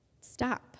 Stop